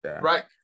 Right